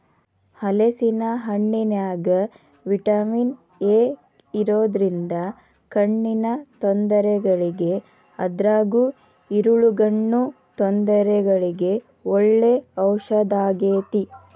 ಹಲೇಸಿನ ಹಣ್ಣಿನ್ಯಾಗ vitamin A ಇರೋದ್ರಿಂದ ಕಣ್ಣಿನ ತೊಂದರೆಗಳಿಗೆ ಅದ್ರಗೂ ಇರುಳುಗಣ್ಣು ತೊಂದರೆಗಳಿಗೆ ಒಳ್ಳೆ ಔಷದಾಗೇತಿ